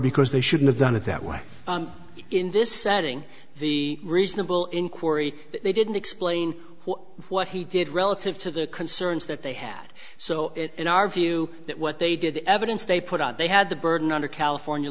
because they shouldn't have done it that way in this setting the reasonable inquiry they didn't explain what he did relative to the concerns that they had so in our view that what they did evidence they put out they had the burden under california